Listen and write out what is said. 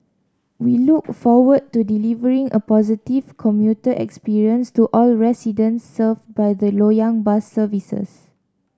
we look forward to delivering a positive commuter experience to all residents served by the Loyang bus services